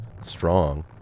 strong